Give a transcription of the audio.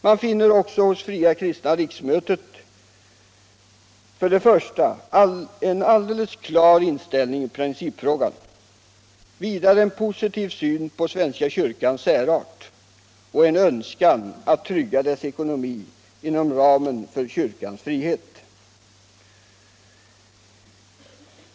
Man finner alltså hos fria kristna riksmötet en alldeles klar inställning i principfrågan. Man finner vidare en positiv syn på svenska kyrkans särart och en önskan att trygga dess ekonomi inom ramen för kyrkans frihet.